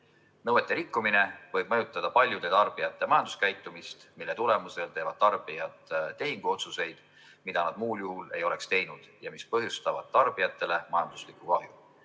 Nõuete rikkumine võib mõjutada paljude tarbijate majanduskäitumist, mille tulemusel teevad tarbijad tehinguotsuseid, mida nad muul juhul ei oleks teinud ja mis põhjustavad tarbijatele majanduslikku kahju.